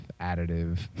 additive